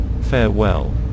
Farewell